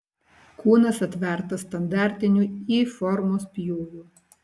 kūnas atvertas standartiniu y formos pjūviu